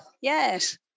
Yes